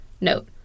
Note